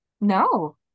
No